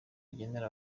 agenera